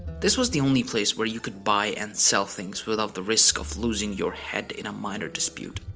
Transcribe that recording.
this was the only place where you could buy and sell things without the risk of losing your head in a minor dispute.